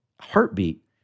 heartbeat